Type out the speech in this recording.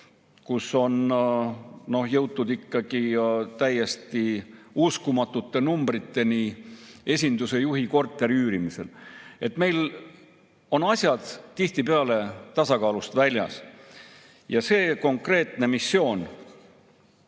kus on jõutud ikka täiesti uskumatute summadeni esinduse juhi korteri üürimisel. Meil on asjad tihtipeale tasakaalust väljas. Ja see konkreetne missioon,